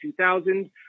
2000